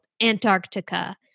Antarctica